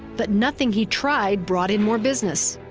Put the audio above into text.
but nothing he tried brought in more business.